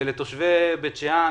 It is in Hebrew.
ולתושבי בית שאן,